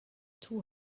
two